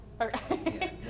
Okay